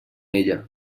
ella